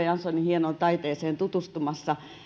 janssonin hienoon taiteeseen tutustumassa